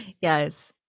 yes